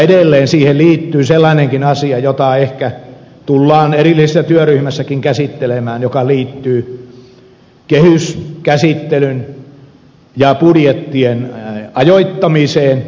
edelleen siihen liittyy sellainenkin asia jota ehkä tullaan erillisessä työryhmässäkin käsittelemään joka liittyy kehyskäsittelyn ja budjettien ajoittamiseen